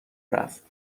رفت